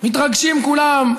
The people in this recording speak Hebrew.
מתרגשים כולם,